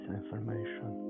information